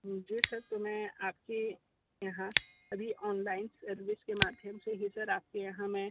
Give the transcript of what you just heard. जी sir तो मैं आपके यहाँ अभी ऑनलाइन सर्विस के माध्यम से ही सर आपके यहाँ मैं